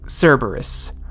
Cerberus